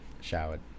showered